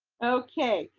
okay,